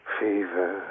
fever